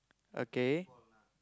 okay